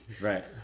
right